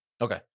Okay